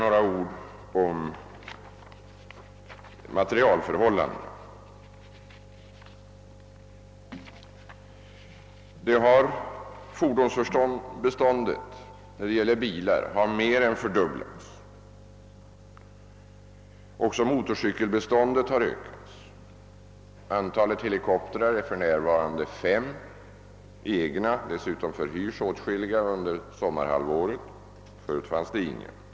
Vad sedan materielförhållandena angår har bilbeståndet mer än fördubblats. Även motorcykelbeståndet har ökat. Antalet egna helikoptrar är för närvarande fem, och dessutom förhyres åtskilliga maskiner under sommarhalvåret. Förr fanns det inga helikoptrar.